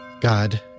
God